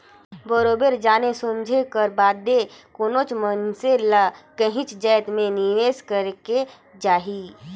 बरोबेर जाने समुझे कर बादे कोनो मइनसे ल काहींच जाएत में निवेस करेक जाही